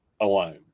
alone